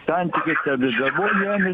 santykis tarp dirbamos žemės